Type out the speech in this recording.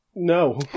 No